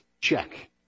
check